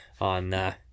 on